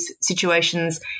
situations